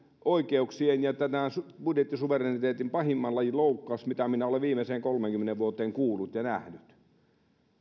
oikeuksien ja tämän budjettisuvereniteetin pahimman lajin loukkaus mitä minä olen viimeiseen kolmeenkymmeneen vuoteen kuullut ja nähnyt